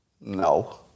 No